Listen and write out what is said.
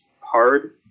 hard